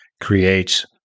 creates